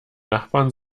nachbarn